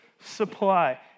supply